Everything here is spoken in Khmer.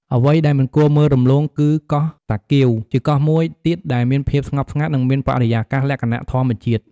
អ្វីដែលមិនគួរមើលរំលង គឺកោះតាកៀវ ជាកោះមួយទៀតដែលមានភាពស្ងប់ស្ងាត់ និងមានបរិយាកាសលក្ខណៈធម្មជាតិ។